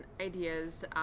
ideas